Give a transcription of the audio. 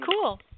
cool